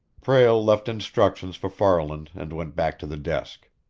prale left instructions for farland and went back to the desk.